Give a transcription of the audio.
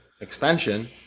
expansion